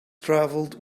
travelled